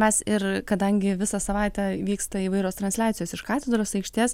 mes ir kadangi visą savaitę vyksta įvairios transliacijos iš katedros aikštės